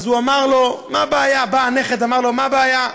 בא הנכד ואמר לו: מה הבעיה?